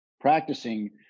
practicing